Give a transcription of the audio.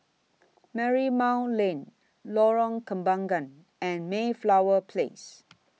Marymount Lane Lorong Kembagan and Mayflower Place